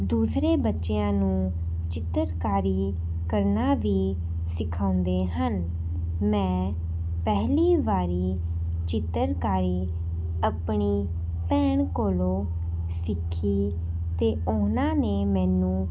ਦੂਸਰੇ ਬੱਚਿਆ ਨੂੰ ਚਿੱਤਰਕਾਰੀ ਕਰਨਾ ਵੀ ਸਿਖਾਉਂਦੇ ਹਨ ਮੈਂ ਪਹਿਲੀ ਵਾਰੀ ਚਿੱਤਰਕਾਰੀ ਆਪਣੀ ਭੈਣ ਕੋਲ ਸਿੱਖੀ ਅਤੇ ਉਹਨਾਂ ਨੇ ਮੈਨੂੰ